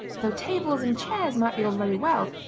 though tables and chairs might be all very well,